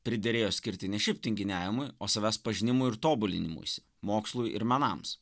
priderėjo skirti ne šiaip tinginiavimui o savęs pažinimui ir tobulinimuisi mokslui ir menams